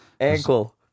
Ankle